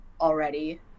already